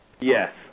Yes